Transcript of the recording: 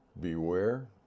Beware